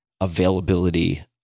availability